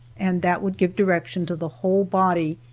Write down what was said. and that would give direction to the whole body,